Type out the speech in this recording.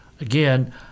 Again